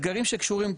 אתגרים שקשורים,